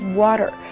water